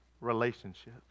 relationship